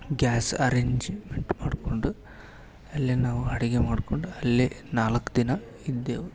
gas arrangement ಮಾಡ್ಕೊಂಡು ಅಲ್ಲೇ ನಾವು ಅಡಿಗೆ ಮಾಡ್ಕೊಂಡು ಅಲ್ಲೇ ನಾಲ್ಕು ದಿನ ಇದ್ದೆವು